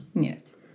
Yes